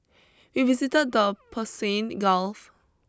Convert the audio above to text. we visited the Persian Gulf